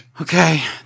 Okay